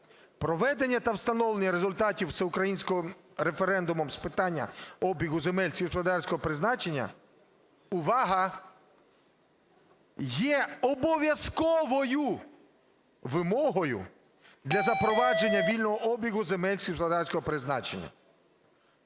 "Проведення та встановлення результатів всеукраїнського референдуму з питання обігу земель сільськогосподарського призначення – увага – є обов'язковою вимогою для запровадження вільгого обігу земель сільськогосподарського призначення.